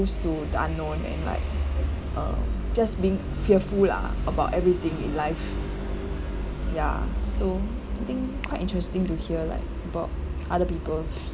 to the unknown and like uh just being fearful lah about everything in life ya so I think quite interesting to hear like about other people's